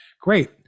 great